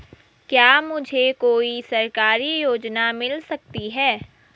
क्या मुझे कोई सरकारी योजना मिल सकती है?